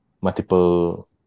multiple